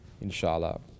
Inshallah